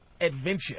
adventure